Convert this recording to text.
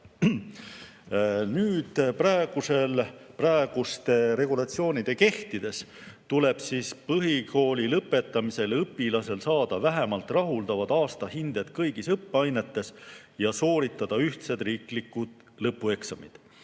Praeguste regulatsioonide kehtides tuleb põhikooli lõpetamisel õpilasel saada vähemalt rahuldavad aastahinded kõigis õppeainetes ja sooritada ühtsed riiklikud lõpueksamid.